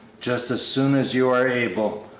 just as soon as you are able,